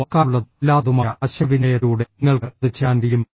വാക്കാലുള്ളതും അല്ലാത്തതുമായ ആശയവിനിമയത്തിലൂടെ നിങ്ങൾക്ക് അത് ചെയ്യാൻ കഴിയും